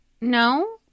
no